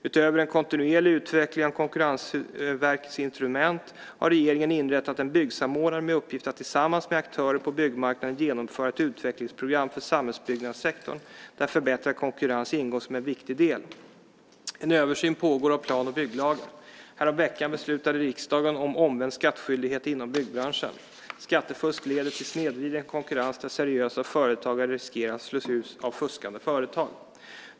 Utöver en kontinuerlig utveckling av Konkurrensverkets instrument, har regeringen inrättat en byggsamordnare med uppgift att tillsammans med aktörer på byggmarknaden genomföra ett utvecklingsprogram för samhällsbyggnadssektorn där förbättrad konkurrens ingår som en viktig del. En översyn pågår av plan och bygglagen. Häromveckan beslutade riksdagen om omvänd skattskyldighet inom byggbranschen. Skattefusk leder till snedvriden konkurrens där seriösa företagare riskerar slås ut av fuskande företag.